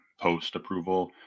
post-approval